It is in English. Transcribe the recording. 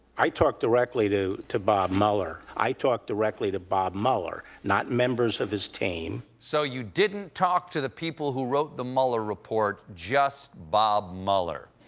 i talked directly to to bob mueller. i talked directly to bob mueller, not members of his team. stephen so you didn't talk to the people who wrote the mueller report, just bob mueller.